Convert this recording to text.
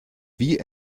wie